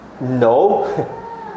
No